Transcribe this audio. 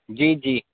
جی جی